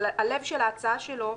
הלב של ההצעה של חבר הכנסת